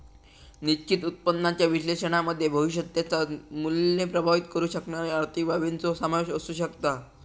निश्चित उत्पन्नाच्या विश्लेषणामध्ये भविष्यात त्याचा मुल्य प्रभावीत करु शकणारे आर्थिक बाबींचो समावेश असु शकता